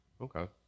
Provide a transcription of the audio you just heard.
okay